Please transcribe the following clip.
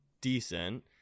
decent